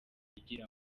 kugira